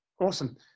Awesome